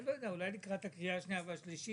אני לא יודע; אולי לקראת הקריאה השנייה והשלישית,